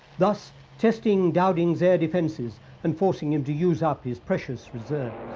thus testing dowding's air defenses and forcing him to use up his precious reserves.